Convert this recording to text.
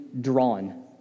drawn